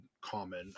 common